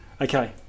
Okay